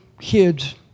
kids